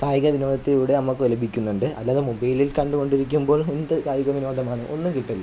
കായികവിനോദത്തിലൂടെ നമുക്ക് ലഭിക്കുന്നുണ്ട് അല്ലാതെ മൊബൈലിൽ കണ്ടുകൊണ്ടിരിക്കുമ്പോൾ എന്ത് കായികവിനോദമാണ് ഒന്നും കിട്ടില്ല